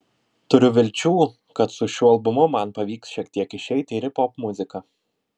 turiu vilčių kad su šiuo albumu man pavyks šiek tiek išeiti ir į popmuziką